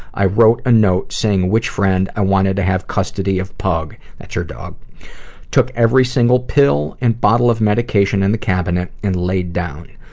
i wrote a note saying which friend i wanted to have custody of pug, that's her dog took every single pill and bottle of medication in the cabinet, and laid down.